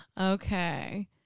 Okay